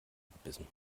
gebissen